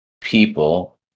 people